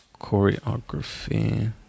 Choreography